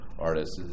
artists